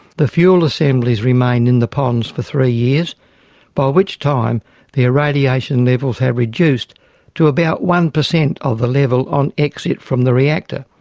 the fuel assemblies remain in the ponds for three years by which time their radiation levels have reduced to about one percent of the level on exit from the reactor.